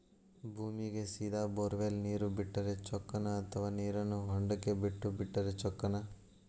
ಭೂಮಿಗೆ ಸೇದಾ ಬೊರ್ವೆಲ್ ನೇರು ಬಿಟ್ಟರೆ ಚೊಕ್ಕನ ಅಥವಾ ನೇರನ್ನು ಹೊಂಡಕ್ಕೆ ಬಿಟ್ಟು ಬಿಟ್ಟರೆ ಚೊಕ್ಕನ?